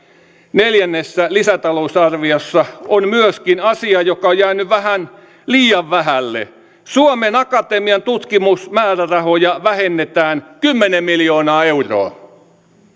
neljännessä lisätalousarviossa on myöskin asia joka on jäänyt vähän liian vähälle suomen akatemian tutkimusmäärärahoja vähennetään kymmenen miljoonaa euroa